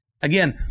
Again